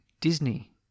Disney